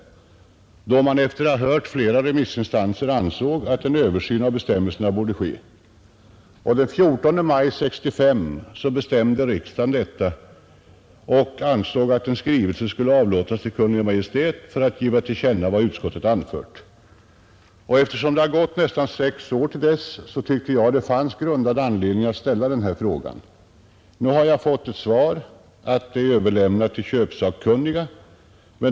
Efter att ha hört flera remissinstanser ansåg utskottet att en översyn av bestämmelserna borde göras. Den 14 maj 1965 beslöt riksdagen att i skrivelse till Kungl. Maj:t giva till känna vad utskottet anfört. Eftersom det har gått nästan sex år sedan dess tyckte jag att det fanns grundad anledning att ställa denna fråga. Nu har jag fått till svar att detta spörsmål har överlämnats till köplagssakkunniga.